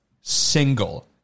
single